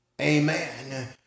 amen